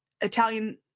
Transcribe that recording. Italian